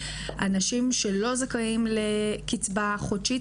אנשים שלא זכאים לקצבה חודשית,